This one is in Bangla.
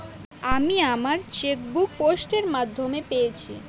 আমি আমার চেকবুক পোস্ট এর মাধ্যমে পেয়েছি